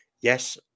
Yes